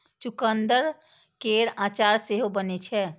चुकंदर केर अचार सेहो बनै छै